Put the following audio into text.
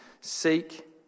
seek